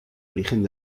origen